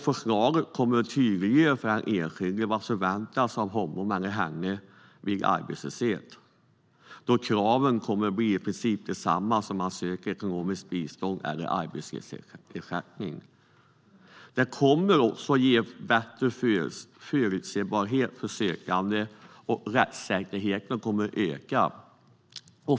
Förslaget kommer att tydliggöra för den enskilde vad som förväntas av honom eller henne vid arbetslöshet, då kraven i princip kommer att bli desamma när man söker ekonomiskt bistånd och arbetslöshetsersättning. Det kommer också att ge en bättre förutsebarhet för sökande, och rättssäkerheten kommer att öka.